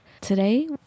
Today